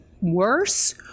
worse